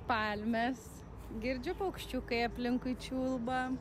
palmes girdžiu paukščiukai aplinkui čiulba